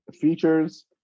features